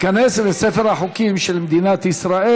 ותיכנס לספר החוקים של מדינת ישראל.